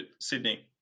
Sydney